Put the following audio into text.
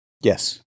Yes